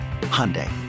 Hyundai